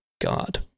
God